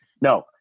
no